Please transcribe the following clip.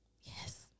Yes